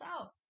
out